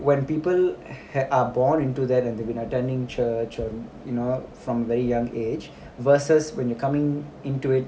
when people ha~ are born into that and they've been attending church from you know from very young age vs when you're coming into it